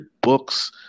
books